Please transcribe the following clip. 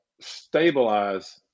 stabilize